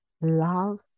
love